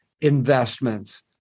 investments